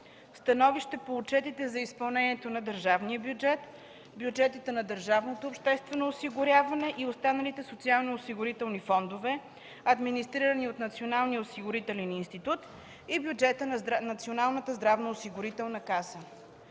становище по отчетите за изпълнението на държавния бюджет, бюджетите на държавното обществено осигуряване и останалите социално-осигурителни фондове, администрирани от Националния осигурителен институт, и бюджета на Националната здравноосигурителна каса.